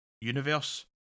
universe